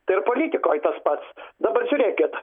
tai ir politikoj tas pats dabar žiūrėkit